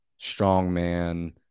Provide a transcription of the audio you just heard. strongman